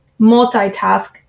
multitask